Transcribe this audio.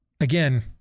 Again